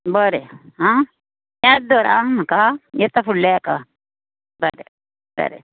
बरें आ याद दर आ म्हाका येता फुडल्या हेका बरें बरें